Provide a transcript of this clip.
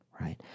right